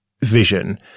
vision